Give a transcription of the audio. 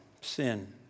sin